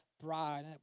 bride